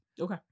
okay